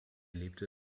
lebte